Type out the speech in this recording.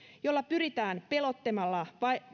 jolla pyritään pelottelemalla